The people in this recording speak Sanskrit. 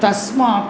तस्मात्